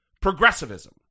progressivism